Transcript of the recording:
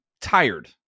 tired